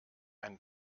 ein